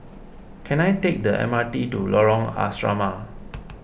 can I take the M R T to Lorong Asrama